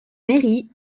mairie